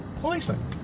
policeman